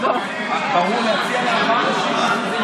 מה על סדר-היום, היושב-ראש, המליאה בהפסקה?